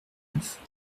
neuf